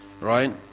right